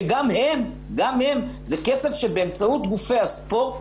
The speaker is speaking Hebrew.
שגם הם זה כסף שבאמצעות גופי הספורט,